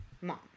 mom